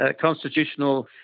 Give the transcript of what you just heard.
constitutional